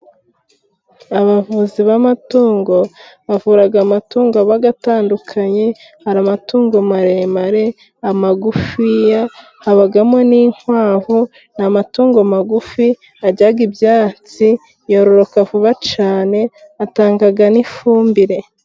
Abavuzi b'amatungo bavura amatungo aba atandukanye, hari amatungo maremare, amagufiya, habamo n'inkwavu n'amatungo magufi arya ibyatsi, yororoka vuba cyane, atanga n'ifumbire.